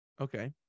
Okay